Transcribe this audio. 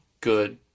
good